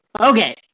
Okay